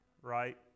right